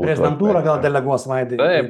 prezidentūra gal deleguos vaidai